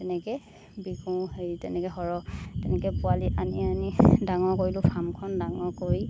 তেনেকৈ বিহু হেৰি তেনেকৈ সৰহ তেনেকৈ পোৱালি আনি আনি ডাঙৰ কৰিলোঁ ফাৰ্মখন ডাঙৰ কৰি